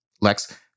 Lex